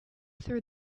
through